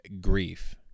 Grief